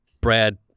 Brad